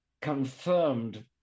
confirmed